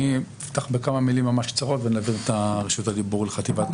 אני אפתח בכמה מילים ממש קצרות ונעביר את רשות הדיבור לחטיבת